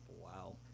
wow